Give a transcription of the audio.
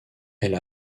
elle